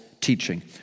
teaching